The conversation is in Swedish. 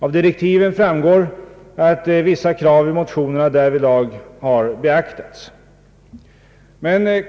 Av direkti ven framgår att vissa krav i motionerna därvidlag har beaktats.